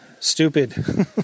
stupid